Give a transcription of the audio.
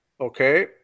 Okay